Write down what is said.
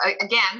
again